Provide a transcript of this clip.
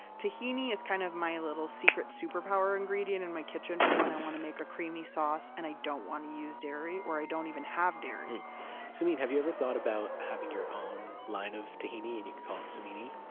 tahini is kind of my little secret superpower ingredient in my kitchen for when i want to make a creamy sauce and i don't want to use dairy or i don't even have dairy samin have you ever thought about having your own line of tahini and you could call it samini?